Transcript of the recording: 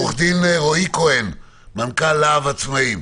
עו"ד רועי כהן, נשיא לה"ב העצמאים.